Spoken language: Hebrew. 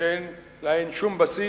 שאין להן שום בסיס.